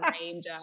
named